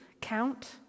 count